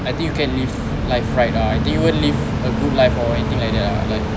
I think you can live life right ah I think you will live a good life or I think like that ah like